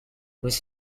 was